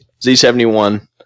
Z71